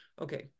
okay